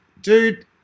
dude